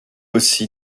aussi